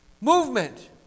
movement